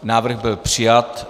Návrh byl přijat.